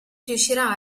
riuscirà